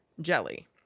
jelly